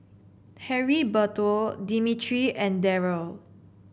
Heriberto Dimitri and Darryle